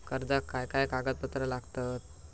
कर्जाक काय काय कागदपत्रा लागतत?